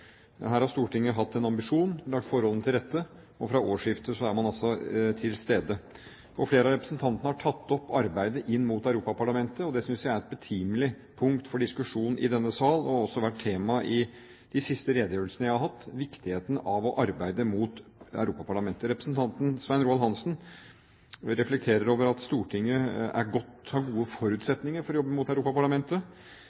Her har Stortinget hatt en ambisjon, lagt forholdene til rette, og fra årsskiftet er man altså til stede. Flere av representantene har tatt opp arbeidet inn mot Europaparlamentet. Det synes jeg er et betimelig punkt for diskusjon i denne sal, og viktigheten av å arbeide mot Europaparlamentet har også vært tema i de siste redegjørelsene jeg har hatt. Representanten Svein Roald Hansen reflekterer over at Stortinget har gode